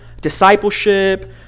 discipleship